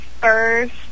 first